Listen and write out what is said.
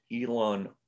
Elon